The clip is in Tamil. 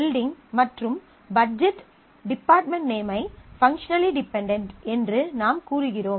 பில்டிங் மற்றும் பட்ஜெட் டிபார்ட்மென்ட் நேம் ஐ பங்க்ஷனலி டிபென்டென்ட் என்று நாம் கூறுகிறோம்